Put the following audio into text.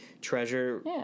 treasure